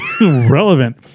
relevant